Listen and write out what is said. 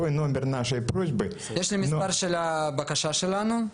יש לי את מספר הבקשה שלנו.